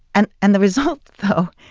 and and the result, though,